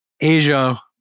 Asia